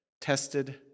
tested